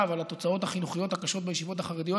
ועל התוצאות החינוכיות הקשות בישיבות החרדיות.